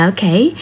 Okay